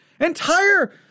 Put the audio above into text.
entire